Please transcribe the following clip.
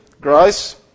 grace